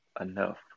enough